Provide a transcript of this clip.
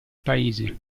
paese